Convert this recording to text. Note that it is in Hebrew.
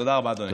תודה רבה, אדוני.